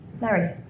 Mary